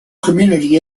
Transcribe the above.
community